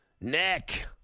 Nick